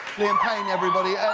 liam payne, everybody,